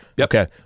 okay